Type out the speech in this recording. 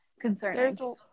concerning